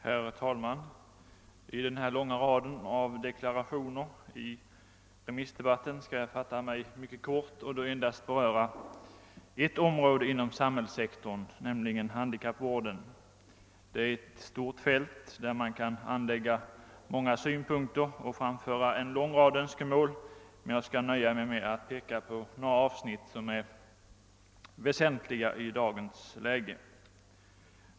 Herr talman! I denna långa rad av deklarationer under <remissdebatten skall jag fatta mig mycket kort och endast beröra ett område, nämligen handikappvården. Detta är en stor fråga, på vilken man kan anlägga många synpunkter och beträffande vilken man kan framföra en lång rad önskemål. Jag skall emellertid nöja mig med att peka på några avsnitt som i dagens läge är väsentliga.